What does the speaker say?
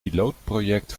pilootproject